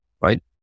right